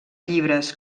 llibres